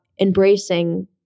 embracing